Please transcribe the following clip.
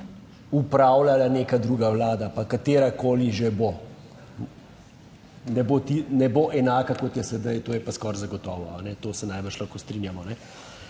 upravljala neka druga vlada, pa katerakoli že bo, ne bo enaka kot je sedaj. To je pa skoraj zagotovo. To se najbrž lahko strinjamo.